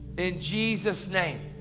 in jesus name.